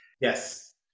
Yes